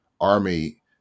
army